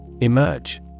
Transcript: Emerge